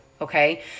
okay